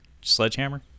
Sledgehammer